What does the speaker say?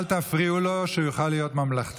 אל תפריעו לו, כדי שהוא יוכל להיות ממלכתי.